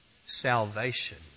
salvation